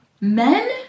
men